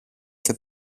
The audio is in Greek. και